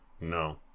no